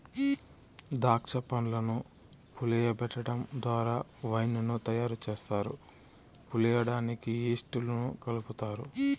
దాక్ష పండ్లను పులియబెటడం ద్వారా వైన్ ను తయారు చేస్తారు, పులియడానికి ఈస్ట్ ను కలుపుతారు